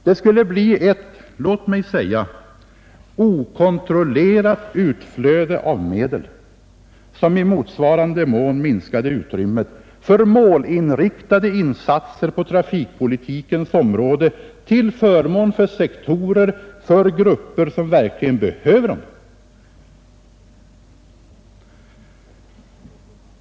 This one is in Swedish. Det skulle bli ett låt mig säga okontrollerat utflöde av medel, som i motsvarande mån minskade utrymmet för målinriktade insatser på trafikpolitikens område till förmån för sektorer och grupper som verkligen behöver dem.